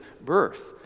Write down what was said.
birth